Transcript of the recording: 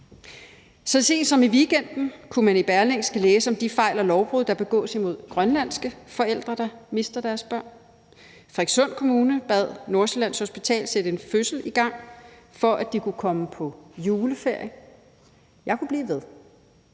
Så sent som i weekenden kunne man i Berlingske læse om de fejl og lovbrud, der begås imod grønlandske forældre, der mister deres børn. Frederikssund Kommune bad Nordsjællands Hospital sætte en fødsel i gang, for at man kunne komme på juleferie – jeg kunne blive ved.